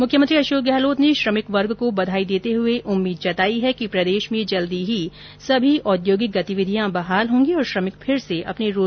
मुख्यमंत्री अशोक गहलोत ने श्रमिक वर्ग को बधाई देते हए उम्मीद जताई कि प्रदेश में जल्दी ही सभी औद्योगिक गतिविधियां बहाल होगी और श्रमिक फिर से अपने रोजगार से जुड़ सकेंगे